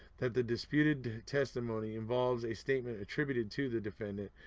that the disputed testimony involves a statement attributed to the defendant,